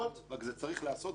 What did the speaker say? אבל זה צריך להיעשות כך